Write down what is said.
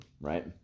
right